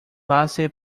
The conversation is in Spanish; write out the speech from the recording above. base